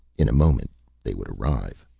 in a moment they would arrive.